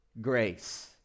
grace